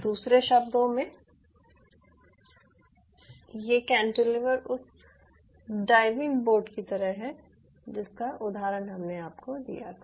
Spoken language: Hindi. दूसरे शब्द में ये कैंटिलीवर उस डाइविंग बोर्ड की तरह है जिसका उदाहरण हमने आपको दिया था